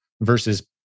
versus